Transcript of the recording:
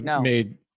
made